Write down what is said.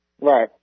Right